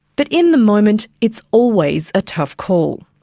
but in the moment, it's always a tough call.